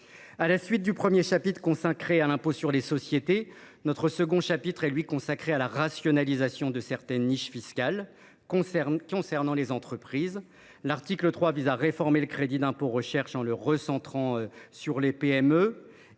Après le premier chapitre consacré à l’impôt sur les sociétés, le second est dédié à la rationalisation de certaines niches fiscales concernant les entreprises. L’article 3 vise à réformer le crédit d’impôt recherche (CIR) pour le recentrer sur les PME,